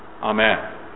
Amen